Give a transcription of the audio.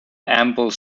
ample